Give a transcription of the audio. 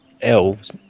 elves